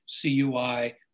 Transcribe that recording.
CUI